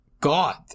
God